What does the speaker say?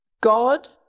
God